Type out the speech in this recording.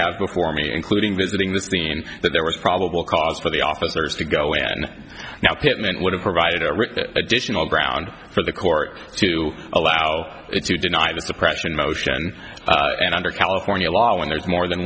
have before me including visiting the scene that there was probable cause for the officers to go when now kitman would have provided a additional ground for the court to allow it to deny the suppression motion and under california law when there is more than